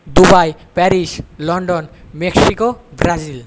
Dubai Paris London Mexico Brazil